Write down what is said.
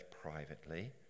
privately